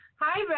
Hi